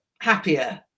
happier